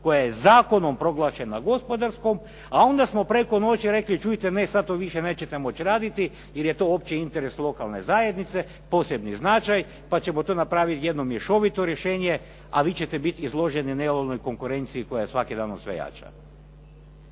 koja je zakonom proglašena gospodarskom, a onda smo preko noći rekli, čujte ne sada to više nećete moći raditi, jer je to opći interes lokalne zajednice, posebni značaj, pa ćemo to napraviti jedno mješovito rješenje, a vi ćete biti izloženi nelojalnoj konkurenciji koja je svakim danom sve jača.